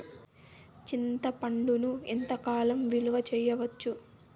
చింతపండును ఎంత కాలం నిలువ చేయవచ్చు?